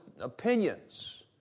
opinions